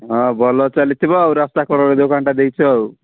ହଁ ଭଲ ଚାଲିଥିବ ଆଉ ରାସ୍ତା କଡ଼ରେ ଦୋକାନଟା ଦେଇଛ ଆଉ